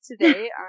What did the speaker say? today